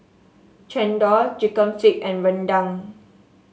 chendol chicken feet and rendang